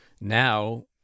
Now